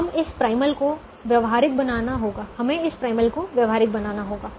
हमें इस प्राइमल को व्यावहारिक बनाना होगा